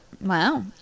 wow